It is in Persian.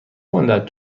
مدت